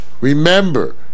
Remember